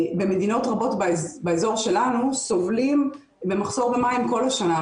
במדינות רבות באזור שלנו סובלים ממחסור במים כל השנה.